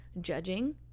judging